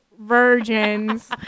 virgins